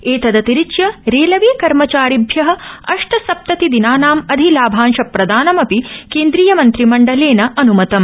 एतदतिरिच्य रेलवे कर्मचारिभ्य अष्टसप्ततिदिनानाम अधिलाभांश प्रदानमपि केन्द्रीयमन्द्रिमण्डलेन अन्मतम